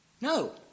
No